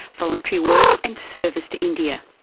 voluntary work and service to india.